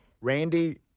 Randy